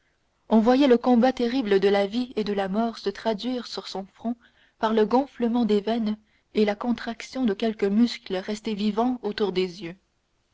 on voyait le combat terrible de la vie et de la mort se traduire sur son front par le gonflement des veines et la contraction de quelques muscles restés vivants autour de ses yeux